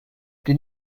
they